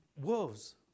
wolves